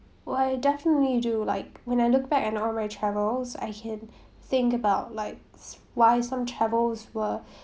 oh I definitely do like when I look back and all my travels I can think about like why some travels were